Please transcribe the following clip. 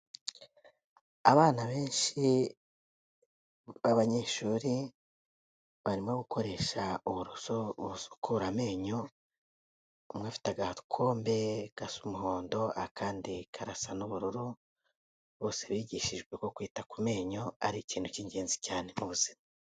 Abana benshi babanyeshuri barimo gukoresha uburoso busukura amenyo, umwe afite agakombe gasa umuhondo akandi karasa n'ubururu bose bigishijwe ko kwita ku menyo ari ikintu cy'ingenzi cyane mu buzima.